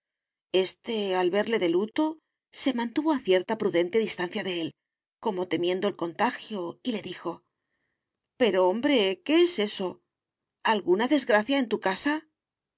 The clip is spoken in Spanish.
este al verle de luto se mantuvo a cierta prudente distancia de él como temiendo el contagio y le dijo pero hombre qué es eso alguna desgracia en tu casa